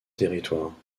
territoire